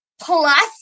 plus